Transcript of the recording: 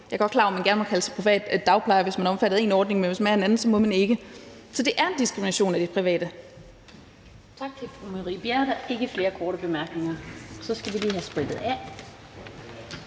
Jeg er godt klar over, at man gerne må kalde sig for privat dagplejer, hvis man er omfattet af en ordning, men hvis man er omfattet af en anden, så må man ikke. Så det er en diskrimination af de private.